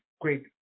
great